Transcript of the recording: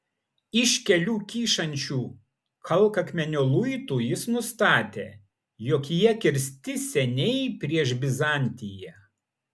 iš kelių kyšančių kalkakmenio luitų jis nustatė jog jie kirsti seniai prieš bizantiją